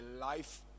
life